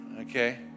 Okay